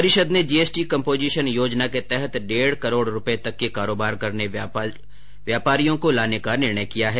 परिषद ने GST composition योजना के तहत डेढ करोड रूपये तक के कारोबार करने वाले व्यवसायियों को लाने का निर्णय किया है